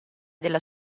della